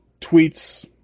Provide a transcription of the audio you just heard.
tweets